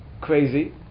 crazy